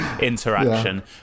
interaction